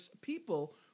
people